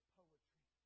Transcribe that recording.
poetry